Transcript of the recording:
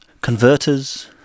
converters